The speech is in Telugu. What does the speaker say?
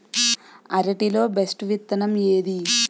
అరటి లో బెస్టు విత్తనం ఏది?